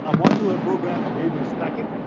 ah modular programs enable stacking,